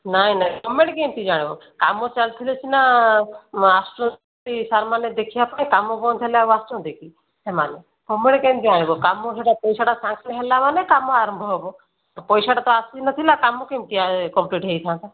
ନାହିଁ ନାହିଁ ଗଭର୍ଣ୍ଣମେଣ୍ଟ କେମିତି ଜାଣିବ କାମ ଚାଲିଥିଲେ ସିନା ଆସୁଛନ୍ତି ସାର୍ ମାନେ ଦେଖିବା ପାଇଁ କାମ ବନ୍ଦ ହେଲେ ଆଉ ଆସୁଛନ୍ତି କି ସେମାନେ ତୁମେ ବେଳେ କେମିତି ଜାଣିବ କାମ ଯେଉଁଟା ପଇସାଟା ସାଙ୍କ୍ସନ ହେଲା ମାନେ କାମ ଆରମ୍ଭ ହେବ ପଇସାଟା ତ ଆସୁ ହିଁ ନଥିଲା କାମ କେମତିଆ କମ୍ପ୍ଲିଟ୍ ହୋଇଥା'ନ୍ତା